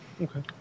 Okay